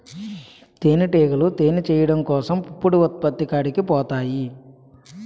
తేనిటీగలు తేనె చేయడం కోసం పుప్పొడి ఉత్పత్తి కాడికి పోతాయి